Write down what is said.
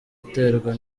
uterwa